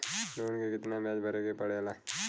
Loan के कितना ब्याज भरे के पड़े ला?